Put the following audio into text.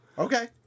Okay